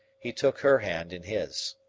he took her hand in his.